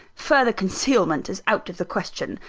further concealment is out of the question.